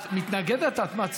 את מתנגדת, לא מתנגדת.